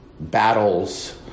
Battles